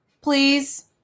please